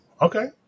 okay